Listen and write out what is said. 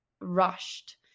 rushed